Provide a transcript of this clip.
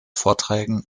vorträgen